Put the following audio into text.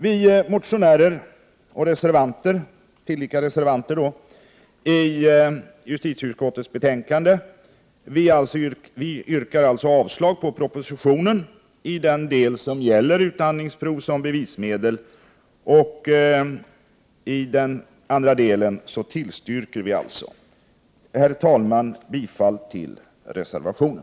Vi motionärer, som alltså tillika är reservanter, yrkar således avslag på propositionen i den del som gäller utandningsprov som bevismedel. I fråga om den andra delen tillstyrker vi. Herr talman! Bifall till reservationen!